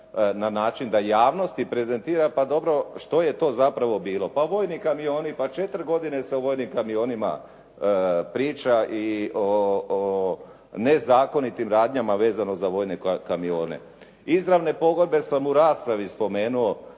na način da javnosti prezentira, pa dobro što je to zapravo bilo, pa vojni kamioni, pa 4 godine se o vojnim kamionima priča i o nezakonitim radnjama vezano za vojne kamione. Izravne pogodbe sam u raspravi spomenuo,